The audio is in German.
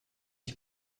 ich